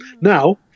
now